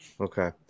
Okay